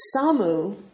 Samu